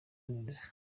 neza